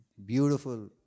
Beautiful